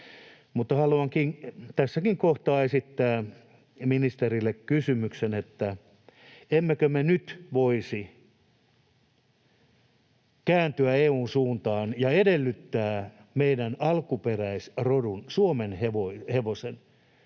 haluan tässäkin kohtaa esittää ministerille kysymyksen: emmekö me nyt voisi kääntyä EU:n suuntaan ja edellyttää meidän alkuperäisrodun, suomenhevosen,